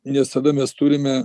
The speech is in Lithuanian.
nes tada mes turime